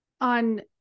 on